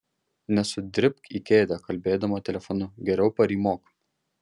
nesudribk į kėdę kalbėdama telefonu geriau parymok